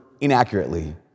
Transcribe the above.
inaccurately